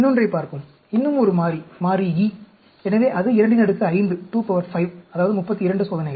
இன்னொன்றைப் பார்ப்போம் இன்னும் ஒரு மாறி மாறி E எனவே அது 25 அதாவது 32 சோதனைகள்